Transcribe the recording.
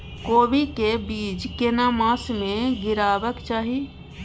कोबी के बीज केना मास में गीरावक चाही?